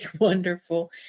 wonderful